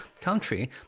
country